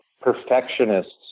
perfectionists